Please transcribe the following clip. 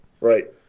Right